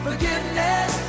Forgiveness